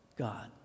God